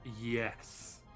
Yes